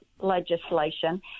legislation